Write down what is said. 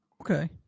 Okay